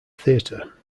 theater